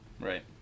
Right